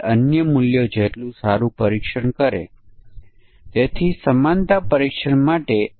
અને પછી આ બંને દૃશ્યો ઉપર 1 વર્ષથી ઓછા સમય 1 થી 3 વર્ષ વચ્ચે અને 3 વર્ષ થી વધુ લઈશું